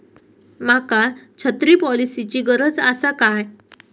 माका छत्री पॉलिसिची गरज आसा काय?